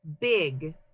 big